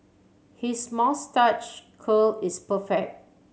his moustache curl is